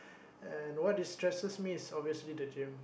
and what destresses me is obviously the gym